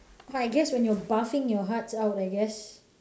I guess when you're barfing your hearts out I guess